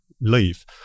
leave